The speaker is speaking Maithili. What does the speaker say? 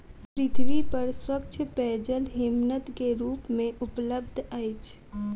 पृथ्वी पर स्वच्छ पेयजल हिमनद के रूप में उपलब्ध अछि